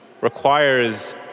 requires